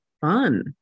fun